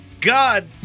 God